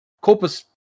Corpus